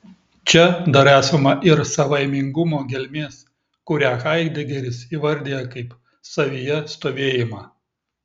čia dar esama ir savaimingumo gelmės kurią haidegeris įvardija kaip savyje stovėjimą